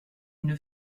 une